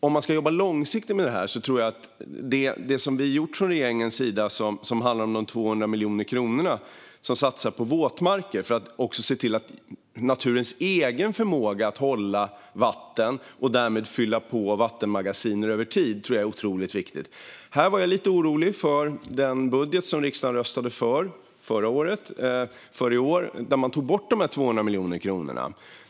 Om man ska jobba långsiktigt med detta handlar det som gjorts från regeringens sida om 200 miljoner kronor som ska satsats på våtmarker. Det gäller att se till naturens egen förmåga att hålla vatten och därmed fylla på vattenmagasin över tid. Det tror jag är otroligt viktigt. Här var jag lite orolig för den budget för i år som riksdagen röstade för förra året. Där tog man bort dessa 200 miljoner kronor.